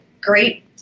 great